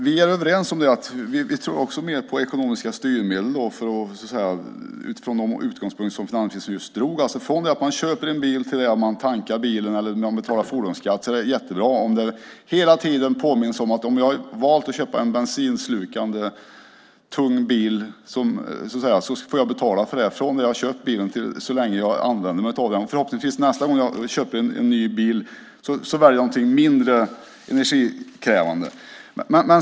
Herr talman! Vi tror också mer på ekonomiska styrmedel utifrån de utgångspunkter som finansministern just drog. Där är vi överens. När man köper en bil, tankar bilen eller betalar fordonsskatt är det bra att hela tiden påminnas om sitt val. Har jag valt att köpa en bensinslukande tung bil får jag betala för det så länge jag använder mig av den. Förhoppningsvis väljer jag då något mindre energikrävande nästa gång jag köper bil.